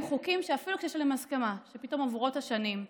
חוקים שאפילו כשיש עליהם הסכמה פתאום עוברות השנים.